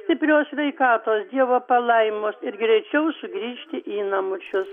stiprios sveikatos dievo palaimos ir greičiau sugrįžti į namučius